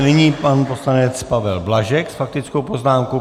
Nyní pan poslanec Pavel Blažek s faktickou poznámkou.